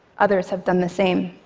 others have done the same.